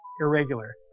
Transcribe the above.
irregular